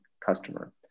customer